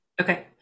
Okay